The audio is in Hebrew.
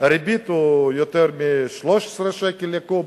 הריבית היא יותר מ-13 שקל לקוב,